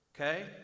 Okay